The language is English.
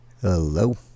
Hello